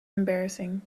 embarrassing